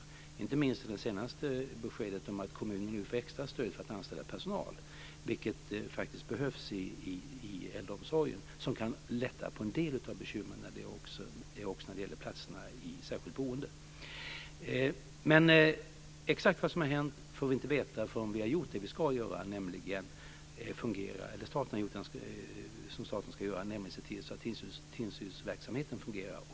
Det gäller inte minst det senaste beskedet om att kommunerna nu får extra stöd för att anställa personal, vilket faktiskt behövs i äldreomsorgen. Det kan lätta på en del av bekymren också när det gäller platserna i särskilt boende. Men exakt vad som har hänt får vi inte veta förrän staten har gjort det den ska göra, nämligen se till att tillsynsverksamheten fungerar.